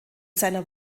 seiner